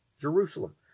Jerusalem